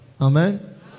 Amen